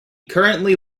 currently